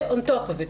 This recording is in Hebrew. זה on top of it.